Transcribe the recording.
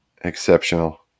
exceptional